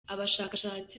abashakashatsi